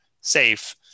safe